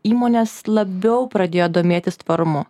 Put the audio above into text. įmonės labiau pradėjo domėtis tvarumu